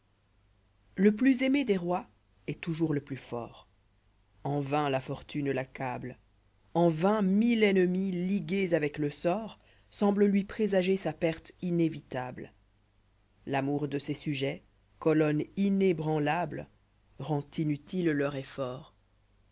e plus aimé des rois est toujours le plus fort en vain la fortune l'accable en vain mille ennemis ligués avec le sort semblent lui présager sa perte inévitable l'amour de ses sujets colonne inébranlable rend inutile leur effort